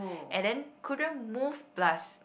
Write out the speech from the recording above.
and then couldn't move plus